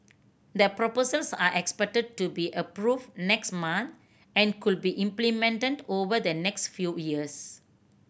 the proposals are expected to be approved next month and could be implemented over the next few years